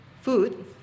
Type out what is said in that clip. food